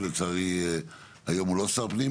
שלצערי היום הוא לא שר פנים.